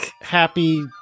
Happy